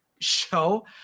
show